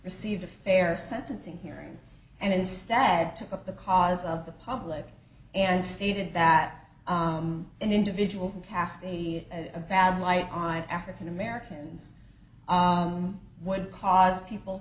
received a fair sentencing hearing and instead took up the cause of the public and stated that an individual who cast a bad light on african americans would cause people